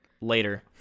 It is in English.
later